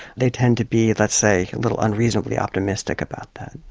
they tend to be let's say a little unreasonably optimistic about that.